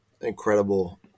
incredible